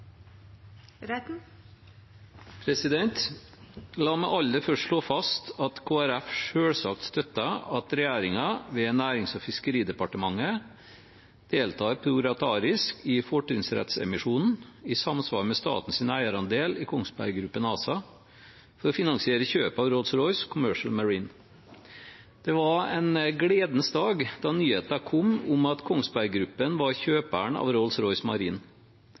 framover. La meg aller først slå fast at Kristelig Folkeparti selvsagt støtter at regjeringen ved Nærings- og fiskeridepartementet deltar proratarisk i fortrinnsrettsemisjonen i samsvar med statens eierandel i Kongsberg Gruppen ASA for å finansiere kjøpet av Rolls-Royce Commercial Marine. Det var en gledens dag da nyheten kom om at Kongsberg Gruppen var kjøperen av